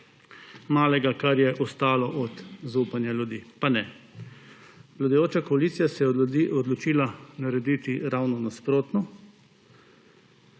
malega, kar je ostalo od zaupanja ljudi. Pa ne! Vladajoča koalicija se je odločila narediti ravno nasprotno.